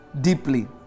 deeply